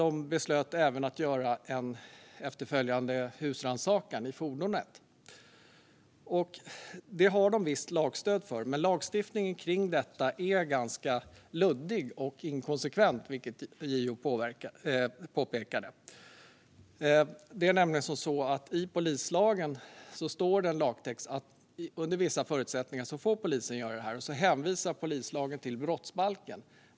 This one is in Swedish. De beslöt dock även att göra en efterföljande husrannsakan i fordonet. Även detta har de visst lagstöd för, men lagstiftningen kring detta är som JO påpekar ganska luddig och inkonsekvent. I polislagen står det nämligen att polisen under vissa förutsättningar får göra detta, och så hänvisar polislagen till brottsbalken.